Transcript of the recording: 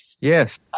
Yes